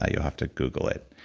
ah you'll have to google it.